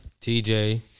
TJ